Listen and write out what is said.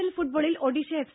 L ഫുട്ബോളിൽ Odisha F